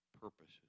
purposes